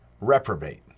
reprobate